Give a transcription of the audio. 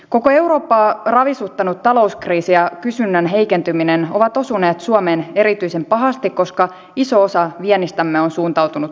koko eurooppaa ravisuttanut talouskriisi ja kysynnän heikentyminen ovat osuneet suomeen erityisen pahasti koska iso osa viennistämme on suuntautunut eurooppaan